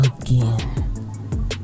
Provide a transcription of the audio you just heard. again